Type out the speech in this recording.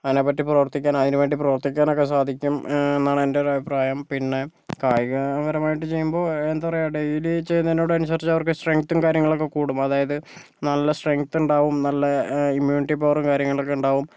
അതിനെപ്പറ്റി പ്രവർത്തിക്കാനും അതിന് വേണ്ടി പ്രവർത്തിക്കാനും സാധിക്കും എന്നാണ് എൻ്റെ ഒരു അഭിപ്രായം പിന്നെ കായികപരമായിട്ട് ചെയ്യുമ്പോൾ എന്താ പറയുക ഡെയിലി ചെയ്യുന്നതിനോടനുസരിച്ച് അവർക്ക് സ്ട്രെങ്ത്തും കാര്യങ്ങളൊക്കെ കൂടും അതായത് നല്ല സ്ട്രെങ്ത്തുണ്ടാകും നല്ല ഇമ്മ്യൂണിറ്റി പവർ കാര്യങ്ങളൊക്കെ ഉണ്ടാകും